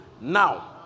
now